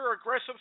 aggressive